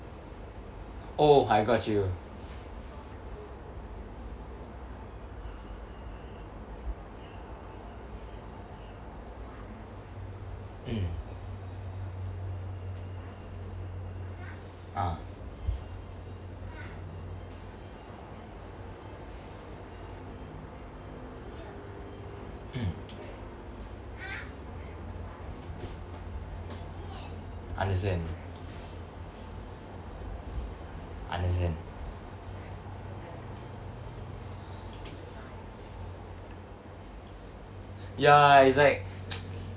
oh I got you mm ah mm understand understand ya it's like